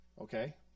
okay